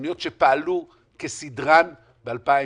תוכניות שפעלו כסדרן ב-2019.